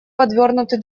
подвёрнуты